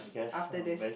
after this